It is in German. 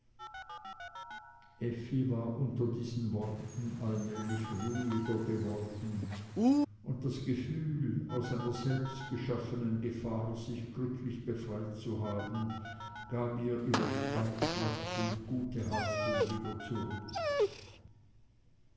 war unter diesen worten allmählich ruhiger geworden und das gefühl aus einer selbstgeschaffenen gefahr sich glücklich befreit zu haben gab ihr die spannkraft und gute haltung wieder zurück